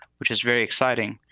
which is very exciting.